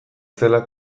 zela